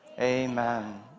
Amen